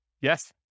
Yes